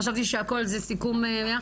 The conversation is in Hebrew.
חשבתי שהכול זה סיכום.